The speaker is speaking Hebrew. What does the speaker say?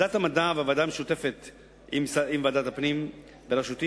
ועדת המדע והוועדה המשותפת עם ועדת הפנים בראשותי